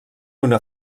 una